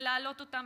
ולהעלות אותם,